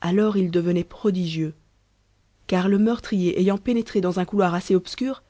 alors il devenait prodigieux car le meurtrier ayant pénétré dans un couloir assez obscur